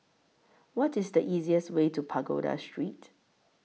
What IS The easiest Way to Pagoda Street